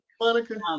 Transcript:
Monica